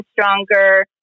stronger